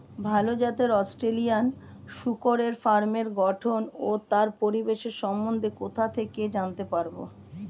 ভাল জাতের অস্ট্রেলিয়ান শূকরের ফার্মের গঠন ও তার পরিবেশের সম্বন্ধে কোথা থেকে জানতে পারবো?